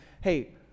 Hey